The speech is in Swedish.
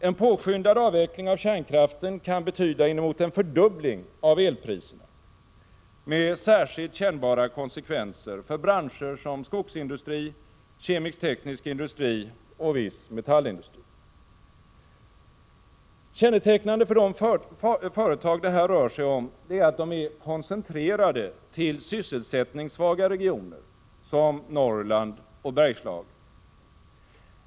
En påskyndad avveckling av kärnkraften kan betyda inemot en fördubbling av elpriserna med särskilt kännbara konsekvenser för branscher som skogsindustri, kemisk-teknisk industri och viss metallindustri. Kännetecknande för de företag som det här rör sig om är att de är koncentrerade till sysselsättningssvaga regioner som Norrland och Bergslagen.